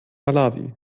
malawi